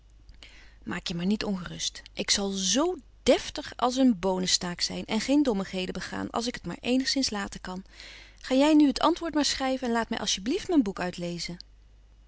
maak je maar niet ongerust ik zal zoo deftig zijn als een boonestaak en geen dommigheden begaan als ik het maar eenigszins laten kan ga jij nu het antwoord maar schrijven en laat mij alstjeblieft mijn boek uitlezen